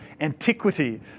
antiquity